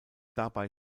dabei